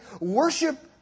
worship